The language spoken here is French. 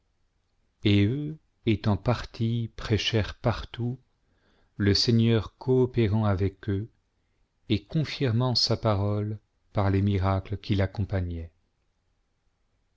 eux étant partis prêchèrent partout le seigneur coopérant avec eux et confirmant sa parole par les miracles qui l'accompagnaient